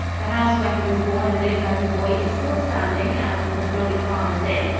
the house where he was born and lived as a boy is still standing as the jolly farmers' inn.